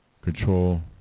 control